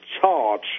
charge